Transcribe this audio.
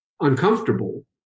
uncomfortable